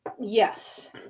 yes